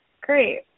Great